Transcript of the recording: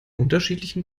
unterschiedlichen